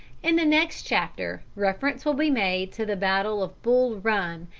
in the next chapter reference will be made to the battle of bull run,